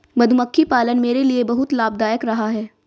मधुमक्खी पालन मेरे लिए बहुत लाभदायक रहा है